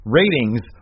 ratings